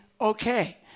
okay